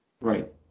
Right